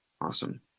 Awesome